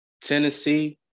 Tennessee